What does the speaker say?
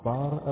Bar